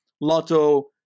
Lotto